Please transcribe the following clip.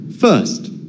First